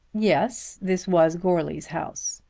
yes, this was goarly's house.